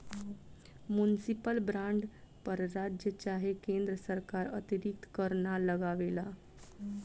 municipal bond पर राज्य चाहे केन्द्र सरकार अतिरिक्त कर ना लगावेला